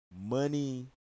money